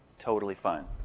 totally fine.